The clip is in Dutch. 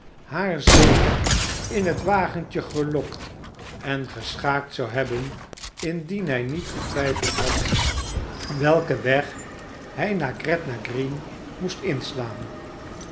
haar zeker in het wagentje gelokt en geschaakt zou hebben indien hij niet getwijfeld had welken weg hij naar gretna green moest inslaan